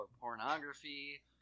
pornography